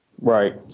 Right